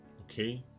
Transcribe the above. Okay